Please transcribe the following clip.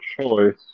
choice